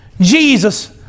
Jesus